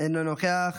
אינו נוכח.